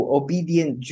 obedient